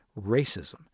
racism